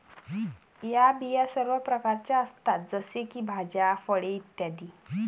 या बिया सर्व प्रकारच्या असतात जसे की भाज्या, फळे इ